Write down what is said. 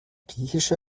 griechische